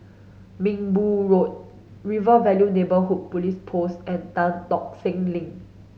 Minbu Road River Valley Neighbourhood Police Post and Tan Tock Seng Link